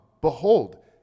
behold